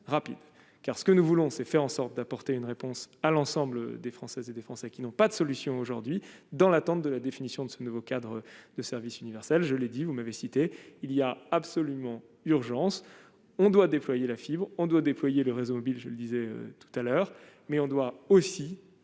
rapide, car ce que nous voulons, c'est faire en sorte d'apporter une réponse à l'ensemble des Françaises et des Français qui n'ont pas de solution aujourd'hui dans l'attente de la définition de ce nouveau cadre de service universel, je l'ai dit, vous m'avez cité il y a absolument urgence on doit déployer la fibre on doit déployer le réseau mobile, je le disais tout à l'heure, mais on doit aussi,